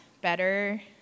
better